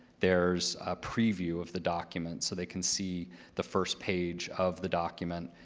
there's a preview of the document, so they can see the first page of the document.